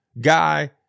guy